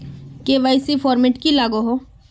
KYC format की लागोहो?